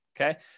Okay